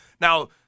Now